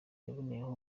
yaboneyeho